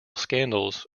scandals